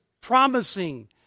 promising